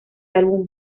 álbum